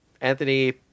anthony